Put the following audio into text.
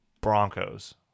Broncos